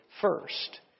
first